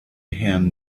him